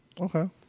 Okay